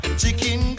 chicken